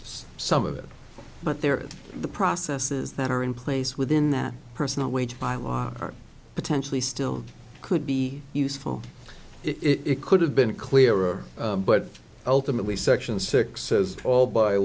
some of it but there are the processes that are in place within that personal waged by law are potentially still could be useful it could have been clearer but ultimately section six says all by